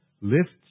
lifts